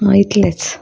हां इतलेंच